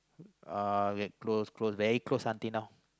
uh get close close very close until now